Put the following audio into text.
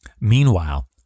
Meanwhile